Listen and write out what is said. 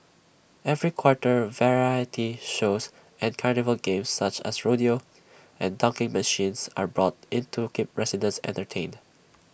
every quarter variety shows and carnival games such as rodeo and dunking machines are brought in to keep residents entertained